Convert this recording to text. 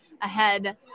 ahead